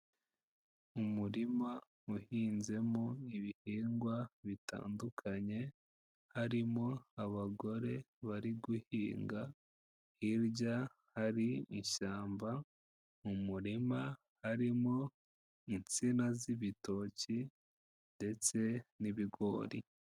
Umurima uhinzemo ibihingwa bitandukanye, harimo abagore bari guhinga, hirya hari ishyamba, mu murima harimo insina z'ibitoki ndetse n'ibigori.